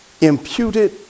imputed